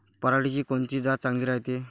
पऱ्हाटीची कोनची जात चांगली रायते?